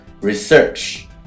research